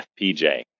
FPJ